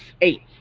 eight